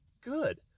good